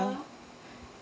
uh